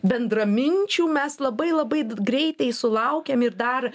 bendraminčių mes labai labai greitai sulaukiam ir dar